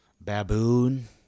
baboon